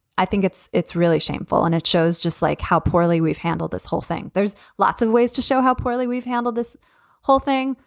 i think it's it's really shameful. and it shows just like how poorly we've handled this whole thing. there's lots of ways to show how poorly we've handled this whole thing.